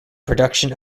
production